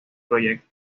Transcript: proyecto